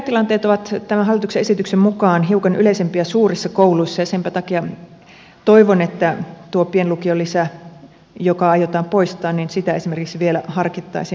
häiriötilanteet ovat tämän hallituksen esityksen mukaan hiukan yleisempiä suurissa kouluissa ja senpä takia toivon että tuota pienlukiolisää joka aiotaan poistaa esimerkiksi vielä harkittaisiin uudelleen